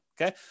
Okay